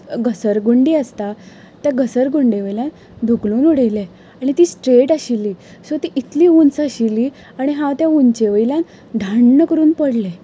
घसरगुंडी आसता त्या घसरगुंडे वयल्यान धुकलून उडयलें आनी ती स्ट्रेट आशिल्ली सो ती इतली उंच आशिल्ली आनी हांव त्या उंचे वयल्यान धन्न करून पडलें